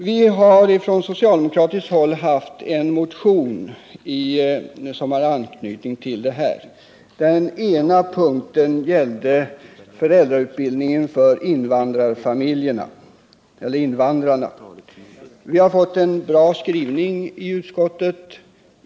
Vi har från socialdemokratiskt håll haft en motion som har anknytning till detta. Den ena punkten gällde föräldrautbildningen för invandrarna. Vi har fått en bra skrivning i utskottet.